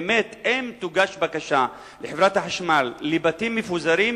באמת, אם תוגש בקשה לחברת החשמל לבתים מפוזרים,